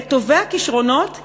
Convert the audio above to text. את טובי הכישרונות,